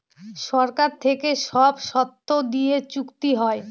সরকার থেকে সব শর্ত দিয়ে চুক্তি হয়